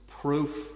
proof